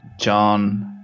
John